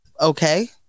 okay